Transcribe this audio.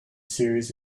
series